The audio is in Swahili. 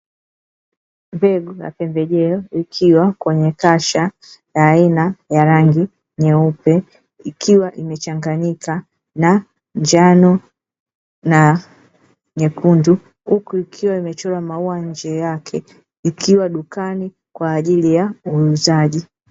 Mbegu ya pembejeo ikiwa kwenye kasha la aina ya rangi nyeupe ikiwa imechanganyika na njano na nyekundu, huku ikiwa imechorwa maua nje yake ikiwa dukani kwa ajili ya uuzaji.